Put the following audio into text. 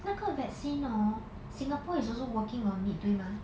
那个 vaccine hor singapore is also working on it 对吗